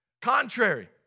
Contrary